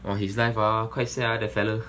!wah! his life ah quite sad ah that fella